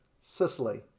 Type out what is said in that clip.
Sicily